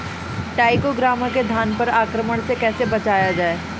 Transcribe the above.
टाइक्रोग्रामा के धान पर आक्रमण से कैसे बचाया जाए?